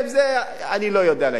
אני לא יודע להגיד.